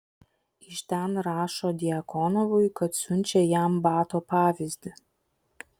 iš ten rašo djakonovui kad siunčia jam bato pavyzdį